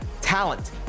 Talent